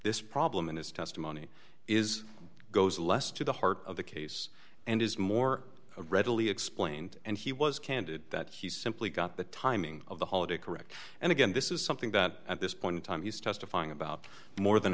this problem in his testimony is goes less to the heart of the case and is more readily explained and he was candid that he simply got the timing of the holiday correct and again this is something that at this point in time he's testifying about more than